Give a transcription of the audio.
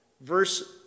Verse